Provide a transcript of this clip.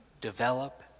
develop